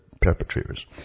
perpetrators